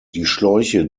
schläuche